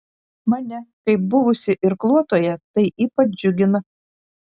mane kaip buvusį irkluotoją tai ypač džiugina